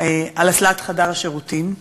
על אסלת חדר השירותים,